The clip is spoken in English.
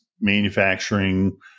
manufacturing